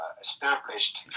established